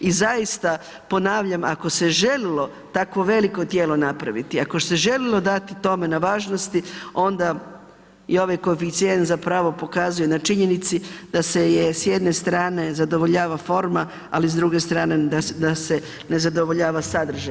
I zaista, ponavljam ako se želilo takvo veliko djelo napravit, ako se želilo dati tome na važnosti onda i ovaj koeficijent zapravo pokazuje na činjenici, da se je s jedne strane zadovoljava forma, ali s druge strane da se ne zadovoljava sadržaj.